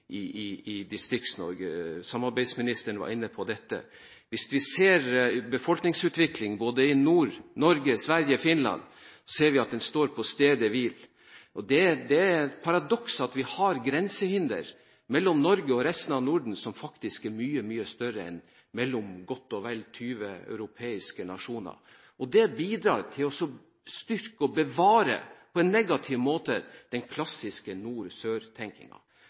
Samarbeidsministeren var inne på dette. Hvis vi ser på befolkningsutviklingen i både Norge, Sverige og Finland, ser vi at den står på stedet hvil. Det er et paradoks at vi har grensehinder mellom Norge og resten av Norden som faktisk er mye, mye større enn mellom godt og vel 20 europeiske nasjoner. Det bidrar på en negativ måte til å styrke og bevare